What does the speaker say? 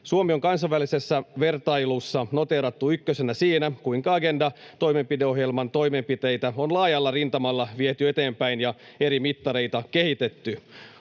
Suomi on kansainvälisessä vertailussa noteerattu ykkösenä siinä, kuinka Agenda-toimenpideohjelman toimenpiteitä on laajalla rintamalla viety eteenpäin ja eri mittareita kehitetty.